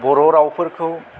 बर' रावफोरखौ